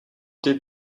did